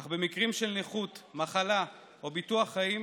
אך במקרים של נכות, מחלה או ביטוח חיים,